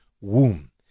womb